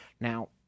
Now